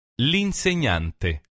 l'insegnante